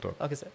Okay